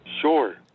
Sure